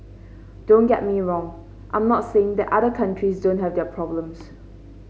don't get me wrong I'm not saying that other countries don't have their problems